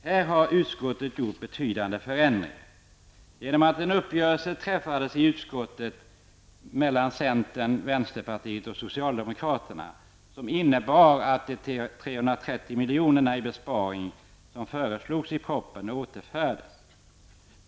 Här har utskottet gjort betydande förändringar genom att en uppgörelse träffades i utskottet mellan centern, vänsterpartiet och socialdemokraterna som innebar att de 330 milj.kr. i besparing som föreslogs i propositionen återfördes.